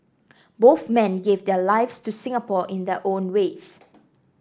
both men gave their lives to Singapore in their own ways